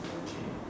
okay